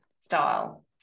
style